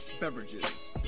beverages